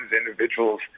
individuals